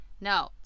No